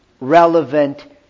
relevant